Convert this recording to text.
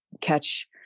catch